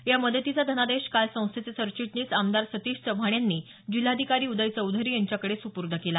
या मदतीचा धनादेश काल संस्थेचे सरचिटणीस आमदार सतिश चव्हाण यांनी जिल्हाधिकारी उदय चौधरी यांच्याकडे सुपुर्द केला